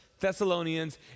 Thessalonians